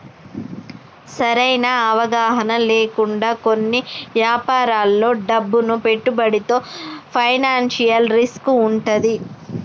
సరైన అవగాహన లేకుండా కొన్ని యాపారాల్లో డబ్బును పెట్టుబడితే ఫైనాన్షియల్ రిస్క్ వుంటది